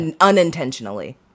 unintentionally